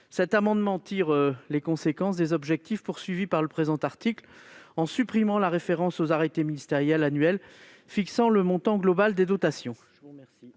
Cet amendement tire les conséquences des objectifs du présent article, en supprimant la référence aux arrêtés interministériels annuels fixant le montant global des dotations.